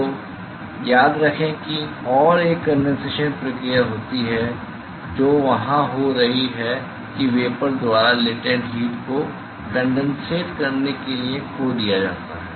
तो याद रखें कि और एक कंडेंसेशन प्रक्रिया होती है जो वहां हो रही है कि वेपर द्वारा लेटेन्ट हीट को कनडेनसेट करने के लिए खो दिया जा रहा है